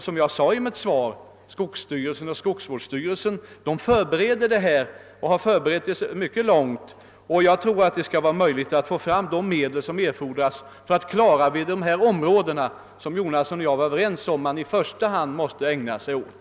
Som jag sade i mitt svar, förbereds insatser av skogsstyrelsen och skogsvårdsstyrelserna, och förberedelserna har fortskridit mycket långt. Jag tror också att det skall vara möjligt att få fram de medel som erfordras för att klara verksamheten i de områden som herr Jonasson och jag var överens om att man i första hand måste ägna sig åt.